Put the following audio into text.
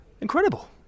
incredible